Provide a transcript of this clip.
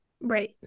Right